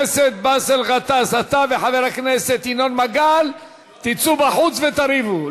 אתה וחבר הכנסת ינון מגל, תצאו בחוץ ותריבו.